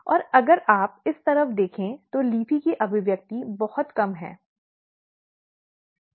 और अगर आप इस तरफ देखें तो LEAFY की अभिव्यक्ति बहुत कम है